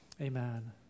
amen